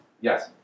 Yes